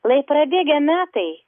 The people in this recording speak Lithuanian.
lai prabėgę metai